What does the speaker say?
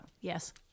Yes